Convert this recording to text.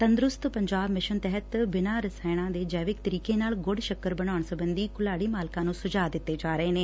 ਤੰਦਰੁਸਤ ਪੰਜਾਬ ਮਿਸ਼ਨ ਤਹਿਤ ਬਿਨ੍ਹਾਂ ਰਸਾਇਣਾ ਦੇ ਜੈਵਿਕ ਤਰੀਕੇ ਨਾਲ ਗੁੜ ਸ਼ੱਕਰ ਬਣਾਉਣ ਸਬੰਧੀ ਘੁਲਾੜੀ ਮਾਲਕਾਂ ਨੂੰ ਸੁਝਾਅ ਦਿੱਤੇ ਜਾ ਰਹੇ ਨੇ